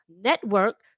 network